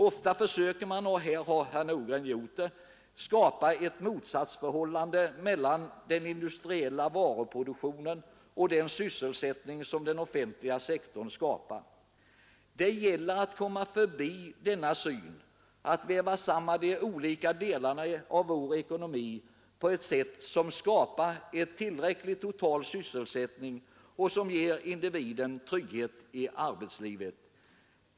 Ofta försöker man — herr Nordgren gjorde det — åstadkomma ett motsatsförhållande mellan den industriella varuproduktionen och den sysselsättning som den offentliga sektorn ger. Det gäller att komma förbi denna syn och att väva samman de olika delarna av vår ekonomi på ett sätt som skapar en tillräcklig, total sysselsättning och ger individen trygghet i arbetslivet.